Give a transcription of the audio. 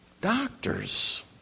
doctors